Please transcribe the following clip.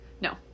No